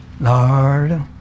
Lord